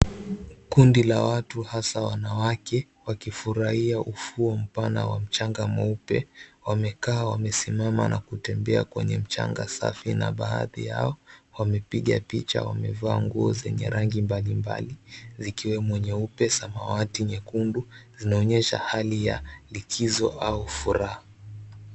Kundi la watu hasa wanawake wakifurahia ufuo mpana wa mchanga mweupe wamekaa wamesimama na kutembea kwenye mchanga safi na baadhi yao wamepiga picha wamevaa nguo zenye rangi mbali mbali zikiwemo nyeupe, samawati, nyekundu zinaonyesha hali ya likizo au furaha.